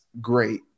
great